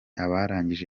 abarangije